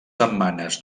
setmanes